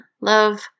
love